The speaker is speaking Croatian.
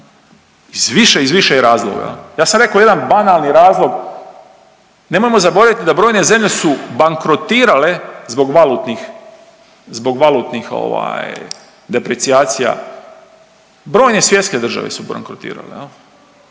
iz više razloga, ja sam rekao jedan banalni razlog, nemojmo zaboraviti da brojne zemlje su bankrotirale zbog valutnih depricijacija, brojne svjetske države su bankrotirale,